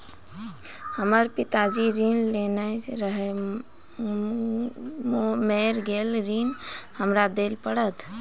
हमर पिताजी ऋण लेने रहे मेर गेल ऋण हमरा देल पड़त?